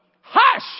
Hush